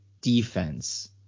defense